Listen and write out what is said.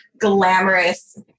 glamorous